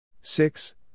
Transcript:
Six